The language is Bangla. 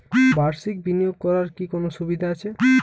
বাষির্ক বিনিয়োগ করার কি কোনো সুবিধা আছে?